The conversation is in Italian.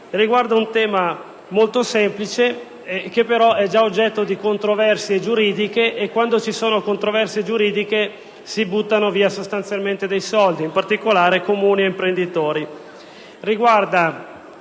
riguarda un tema molto semplice, che però è già oggetto di controversie giuridiche, e quando vi sono controversie giuridiche sostanzialmente si buttano soldi, in particolare Comuni e imprenditori.